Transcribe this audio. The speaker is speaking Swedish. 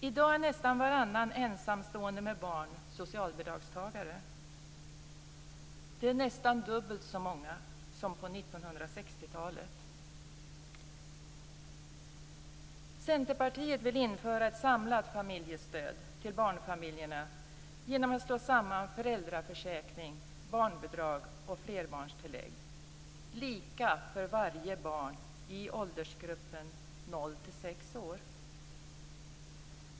I dag är nästan varannan ensamstående med barn socialbidragstagare. Det är nästan dubbelt så många som på 1960-talet. Centerpartiet vill införa ett samlat familjestöd till barnfamiljerna genom att slå samman föräldraförsäkring, barnbidrag och flerbarnstillägg, lika för varje barn i åldersgruppen 0-6 år.